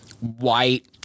white